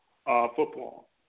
football